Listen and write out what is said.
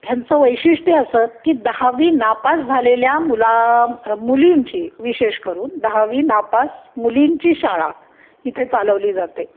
ह्यांचं वैशिष्ट्य असं की दहावी नापास झालेल्या मुला मुलींची विशेष करून दहावी नापास मुलींची शाळा इथे चालवली जाते